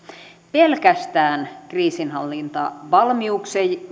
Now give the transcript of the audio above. pelkästään kriisinhallintavalmiuksien